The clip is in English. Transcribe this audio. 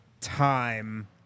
time